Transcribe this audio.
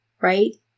right